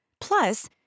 Plus